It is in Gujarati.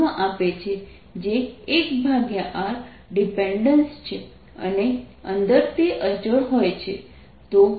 જે 1r ડિપેન્ડેન્સ છે અને અંદર તે અચળ હોય છે